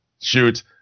Shoot